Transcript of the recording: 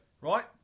right